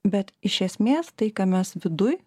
bet iš esmės tai ką mes viduj